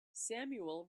samuel